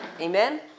Amen